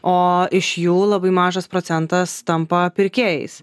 o iš jų labai mažas procentas tampa pirkėjais